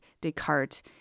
Descartes